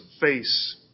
face